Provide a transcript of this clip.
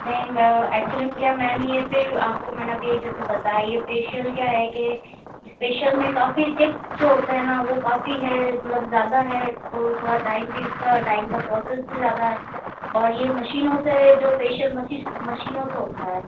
नहीं मैं ऐक्चूअली में क्या है मेम ये फिर आपको मैंने अभी जैसे बताया ये फेशियल क्या है की इस फेशियल में काफ़ी टिप्स जो होते हैं ना वो काफ़ी है मतलब ज़्यादा है तो थोड़ा टाइम भी इसका टाइम का प्रोसेस भी ज़्यादा है और ये मशीनों से जो फेशियल मशीनों से होता है